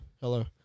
hello